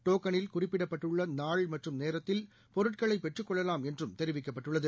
டோக்களில் குறிப்பிடப்பட்டுள்ள நாள் மற்றும் நேரத்தில் பொருட்களை பெற்றுக் கொள்ளலாம் என்று தெரிவிக்கப்பட்டுள்ளது